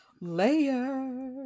layer